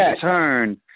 turn